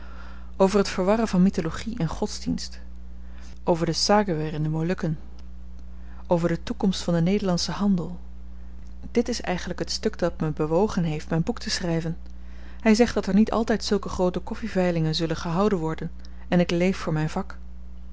over het verwarren van mythologie en godsdienst over de saguweer in de molukken over de toekomst van den nederlandschen handel dit is eigenlyk t stuk dat me bewogen heeft myn boek te schryven hy zegt dat er niet altyd zulke groote koffiveilingen zullen gehouden worden en ik leef voor myn vak